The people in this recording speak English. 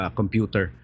computer